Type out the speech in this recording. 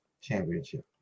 championship